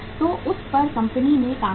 तो उस पर कंपनी ने काम किया